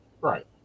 Right